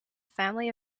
family